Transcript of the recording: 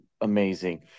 amazing